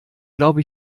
glaube